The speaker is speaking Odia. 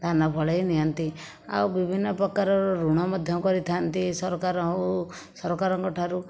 ଧାନ ଫଳାଇ ନିଅନ୍ତି ଆଉ ବିଭିନ୍ନ ପ୍ରକାର ଋଣ ମଧ୍ୟ କରିଥାନ୍ତି ସରକାର ହେଉ ସରକାରଙ୍କ ଠାରୁ